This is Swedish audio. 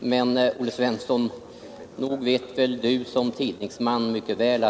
Men nog vet väl Olle Svensson som tidningsman mycket väl